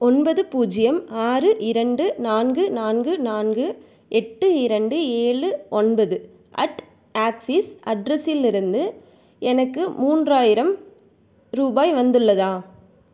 ஒன்பது பூஜ்ஜியம் ஆறு இரண்டு நான்கு நான்கு நான்கு எட்டு இரண்டு ஏழு ஒன்பது அட் ஆக்சிஸ் அட்ரஸிலிருந்து எனக்கு மூன்றாயிரம் ரூபாய் வந்துள்ளதா